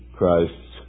Christ